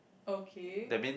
okay